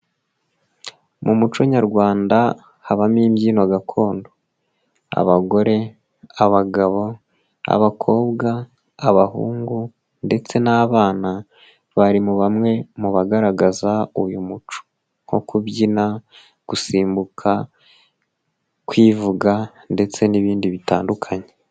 Mu muco nyarwanda habamo imbyino gakondo, abagore, abagabo, abakobwa, abahungu ndetse n'abana bari mu bamwe mu bagaragaza uyu muco, nko kubyina, gusimbuka, kwivuga ndetse n'ibindi bitandukanye.